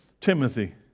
Timothy